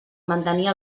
mantenir